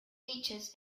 beaches